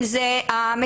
אם זה המטפלות,